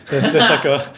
like a